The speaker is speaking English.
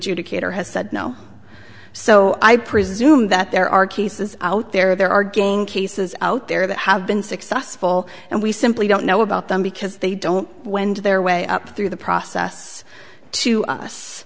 adjudicator has said no so i presume that there are cases out there there are game cases out there that have been successful and we simply don't know about them because they don't went their way up through the process to